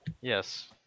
Yes